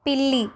పిల్లి